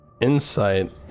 Insight